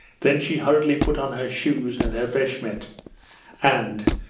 then she hurriedly put on her shoes and her beshmet and,